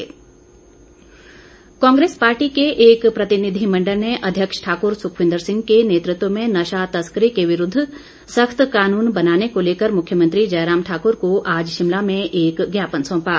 कांग्रे स ज्ञापन कांग्रेस पार्टी के एक प्रतिनिधिमंडल ने अध्यक्ष ठाकुर सुखविंद्र सिंह के नेतृत्व में नशा तस्करी के विरूद्व सख्त कानून बनाने को लेकर मुख्यमंत्री जयराम ठाकूर को आज शिमला में एक ज्ञापन सौंपा